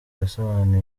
yasobanuye